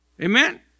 Amen